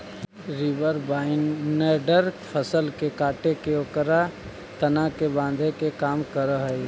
reaper binder फसल के काटके ओकर तना के बाँधे के काम करऽ हई